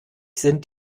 sind